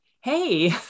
hey